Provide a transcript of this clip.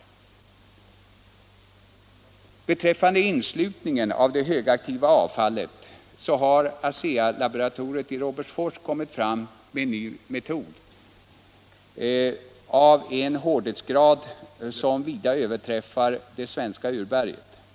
14 april 1977 Beträffande inslutningen av det högaktiva avfallet har ASEA-laboratoriet i Robertsfors kommit fram med en ny metod med ett hölje av = Särskilt tillstånd att en hårdhetsgrad som vida överstiger det svenska urbergets.